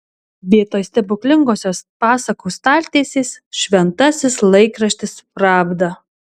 vietoj stebuklingosios pasakų staltiesės šventasis laikraštis pravda